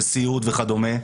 סיעוד וכדומה.